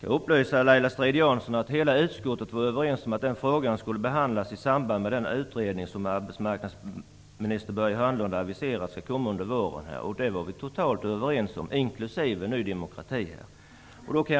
kan upplysa Laila Strid-Jansson om att hela utskottet var överens om att den frågan skulle behandlas i samband med den utredning som arbetsmarknadsminister Börje Hörnlund har aviserat skall komma under våren. Detta var vi alla, inklusive Ny demokrati, totalt överens om.